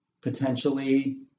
potentially